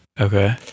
Okay